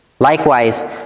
Likewise